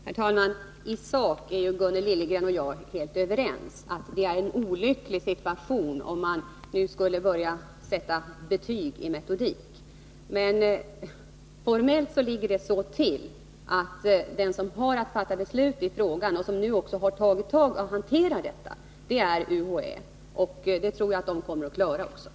Herr talman! I sak är ju Gunnel Liljegren och jag helt överens: att det är en olycklig situation, om man nu skulle börja sätta graderade betyg i metodik. Men formellt ligger det så till att den som har att fatta beslut i frågan och som nu också har tagit itu med den är UHÄ. Jag tror att UHÄ också kommer att klara av detta.